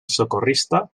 socorrista